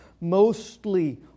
mostly